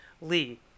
Lee